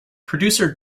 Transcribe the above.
producer